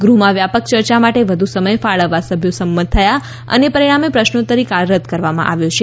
ગૃહમાં વ્યાપક ચર્ચા માટે વધુ સમય ફાળવવા સભ્યો સંમત થયા અને પરિણામે પ્રશ્નોત્તરી કાળ રદ કરવામાં આવ્યો છે